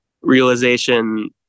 realization